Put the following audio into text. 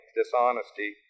dishonesty